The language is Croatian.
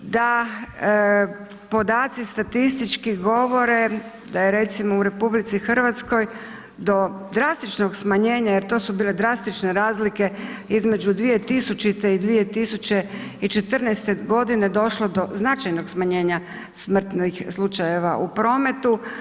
Da podaci statistički govore da je recimo u RH do drastičnog smanjenja, jer to su bile drastične razlike između 2000. i 2014. došlo do značajnog smanjenja smrtnih slučajeva u prometu.